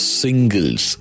singles